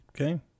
Okay